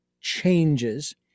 changes